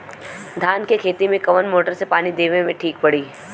धान के खेती मे कवन मोटर से पानी देवे मे ठीक पड़ी?